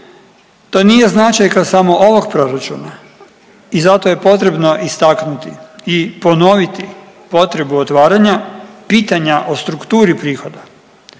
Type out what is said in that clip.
To nije značajka samo ovog proračuna i zato je potrebno istaknuti i ponoviti potrebu otvaranja pitanja o strukturi prihoda,